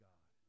God